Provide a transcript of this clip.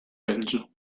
belgio